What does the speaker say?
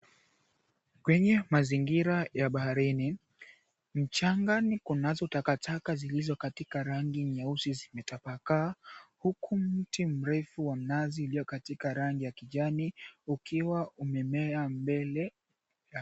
Kwenye mazingira ya baharini, mchangani kunazo takataka zilizo katika rangi nyeusi zimetapakaa, huku mti mrefu wa mnazi iliyokatika rangi ya kijani ukiwa umemea mbele yake.